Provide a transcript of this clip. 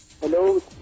Hello